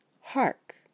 Hark